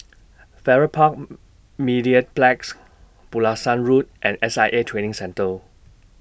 Farrer Park Mediplex Pulasan Road and S I A Training Centre